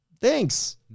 Thanks